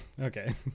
okay